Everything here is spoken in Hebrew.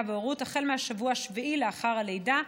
וההורות החל מהשבוע השביעי לאחר הלידה,